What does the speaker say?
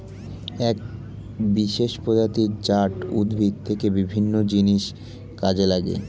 এক বিশেষ প্রজাতি জাট উদ্ভিদ থেকে বিভিন্ন জিনিস কাজে লাগে